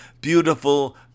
beautiful